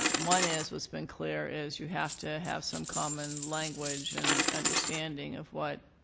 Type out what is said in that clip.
one is what's been clear is you have to have some common language and understanding of what